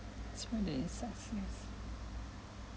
okay this one is success